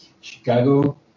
Chicago